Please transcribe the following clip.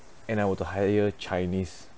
and I were to hire chinese